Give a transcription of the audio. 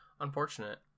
unfortunate